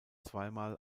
zweimal